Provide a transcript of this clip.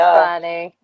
funny